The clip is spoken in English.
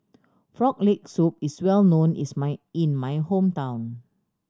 Frog Leg Soup is well known is my in my hometown